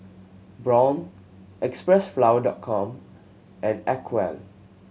Braun Xpressflower Dot Com and Acwell